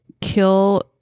kill